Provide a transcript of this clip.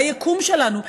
מהיקום שלנו,